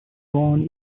born